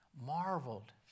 marveled